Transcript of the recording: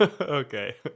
okay